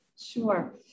Sure